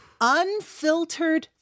unfiltered